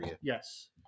Yes